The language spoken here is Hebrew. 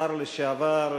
שר לשעבר,